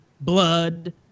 blood